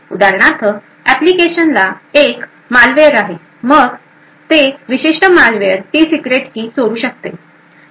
उदाहरणार्थ एप्लिकेशन एक मालवेअर आहे मग ते विशिष्ट मालवेयर ती सीक्रेट की चोरू शकते